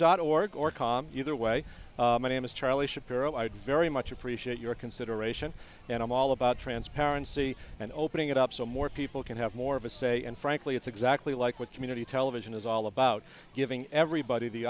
dot org or com either way my name is charlie shapiro i would very much appreciate your consideration and i'm all about transparency and opening it up so more people can have more of a say and frankly it's exactly like what community television is all about giving everybody the